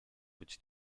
być